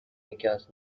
because